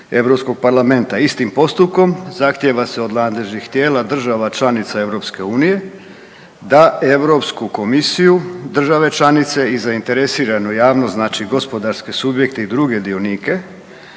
Istim postupkom zahtjeva se od nadležnih tijela država članica EU da Europsku komisiju države članice i zainteresiranu javnost znači gospodarske subjekte i druge dionike